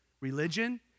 Religion